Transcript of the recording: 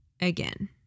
again